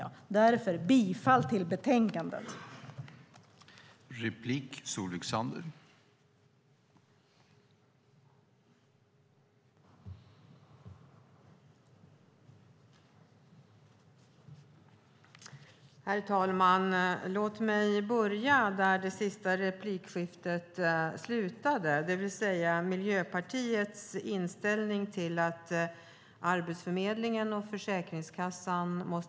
Därför yrkar jag bifall till utskottets förslag.